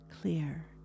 clear